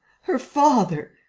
her father!